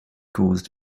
caused